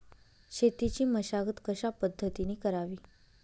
शेतीची मशागत कशापद्धतीने करावी?